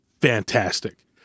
fantastic